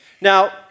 Now